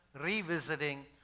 revisiting